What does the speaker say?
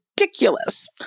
ridiculous